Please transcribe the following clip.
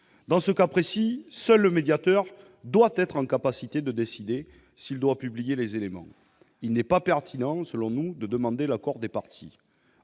Dans ce cas précis, seul le médiateur doit être en capacité de décider s'il doit publier les éléments. Il n'est pas pertinent de demander l'accord des parties.